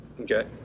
Okay